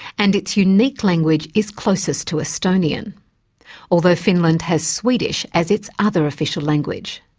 and its unique language is closest to estonian although finland has swedish as its other official language.